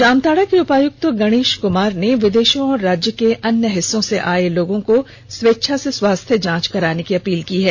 जामताड़ा के उपायुक्त गणेष कुमार ने विदेषों और राज्य के अन्य हिस्सों से आए लोगों को स्वेच्छा से स्वास्थ्य जांच कराने की अपील की है